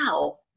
wow